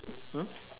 mm